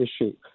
issue